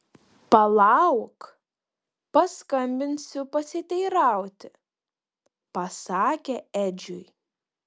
palauk paskambinsiu pasiteirauti pasakė edžiui